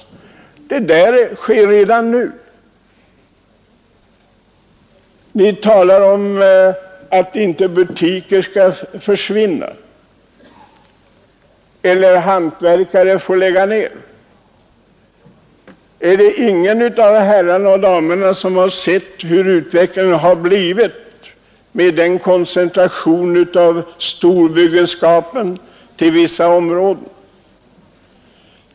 Detta är redan nu ett faktum. Ni talar om att butiker inte skall försvinna eller hantverkare få lägga ned. Är det ingen av herrarna och damerna som har sett hur utvecklingen har blivit, med den koncentration av storbyggenskapen som har skett till vissa områden?